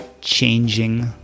changing